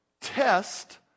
Test